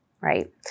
right